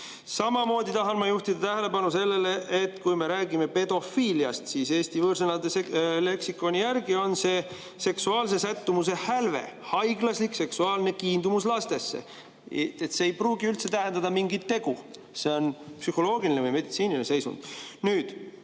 Samamoodi tahan ma juhtida tähelepanu sellele, et kui me räägime pedofiiliast, siis Eesti võõrsõnade leksikoni järgi on see seksuaalse sättumuse hälve, haiglaslik seksuaalne kiindumus lastesse. See ei pruugi üldse tähendada mingit tegu, see on psühholoogiline või meditsiiniline seisund. Nüüd,